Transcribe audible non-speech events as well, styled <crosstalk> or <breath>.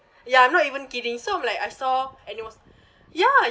ya I'm not even kidding so I'm like I saw and it was <breath> ya